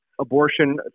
abortion